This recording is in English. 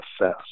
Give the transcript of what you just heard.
assess